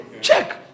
Check